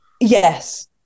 Yes